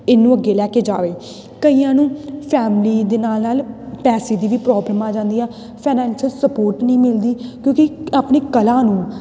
ਇਹਨੂੰ ਅੱਗੇ ਲੈ ਕੇ ਜਾਵੇ ਕਈਆਂ ਨੂੰ ਫੈਮਲੀ ਦੇ ਨਾਲ ਨਾਲ ਪੈਸੇ ਦੀ ਵੀ ਪ੍ਰੋਬਲਮ ਆ ਜਾਂਦੀ ਆ ਫਾਈਨੈਸ਼ੀਅਲ ਸਪੋਰਟ ਨਹੀਂ ਮਿਲਦੀ ਕਿਉਂਕਿ ਆਪਣੀ ਕਲਾ ਨੂੰ